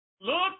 Look